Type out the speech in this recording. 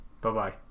Bye-bye